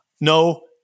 No